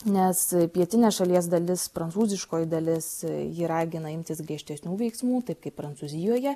nes pietinė šalies dalis prancūziškoji dalis ji ragina imtis griežtesnių veiksmų taip kaip prancūzijoje